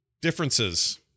differences